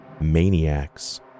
maniacs